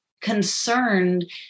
concerned